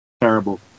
Terrible